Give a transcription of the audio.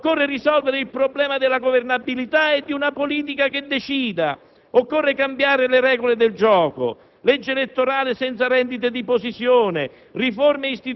Bisogna pensare, decidere e fare. Occorre risolvere il problema della governabilità e di una politica che decida. Occorre cambiare le regole del gioco: